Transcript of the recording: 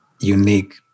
unique